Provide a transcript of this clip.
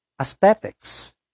aesthetics